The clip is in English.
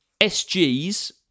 sg's